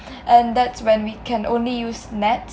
and that's when we can only use NETS